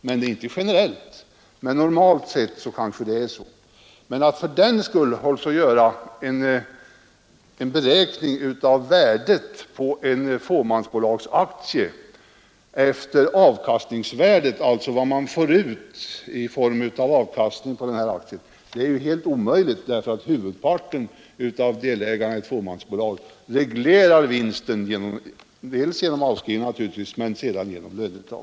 Det gäller inte generellt, men normalt sett kanske det är så. Att försöka göra en beräkning av värdet på en fåmansbolagsaktie efter vad man får ut i avkastning på aktien är dock helt omöjligt, därför att huvudparten av delägarna i fåmansbolag reglerar vinsten dels naturligtvis genom avskrivning men dels dessutom genom löneuttag.